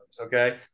Okay